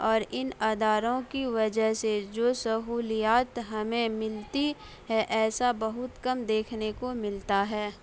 اور ان اداروں کی وجہ سے جو سہولیات ہمیں ملتی ہے ایسا بہت کم دیکھنے کو ملتا ہے